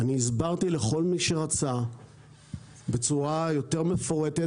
הסברתי לכל מי שרצה בצורה יותר מפורטת